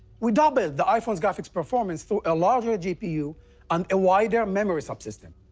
we doubled the iphone's graphics performance through a larger gpu and a wider memory subsystem.